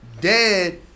dead